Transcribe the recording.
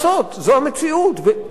זו המציאות, וצריך